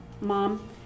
Mom